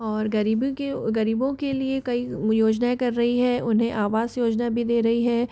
और गरीबी के गरीबों के लिए कई योजनाएं कर रही है उन्हें आवास योजना भी दे रही है